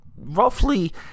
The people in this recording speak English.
roughly